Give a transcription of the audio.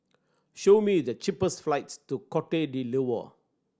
show me the cheapest flights to Cote D'Ivoire